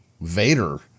Vader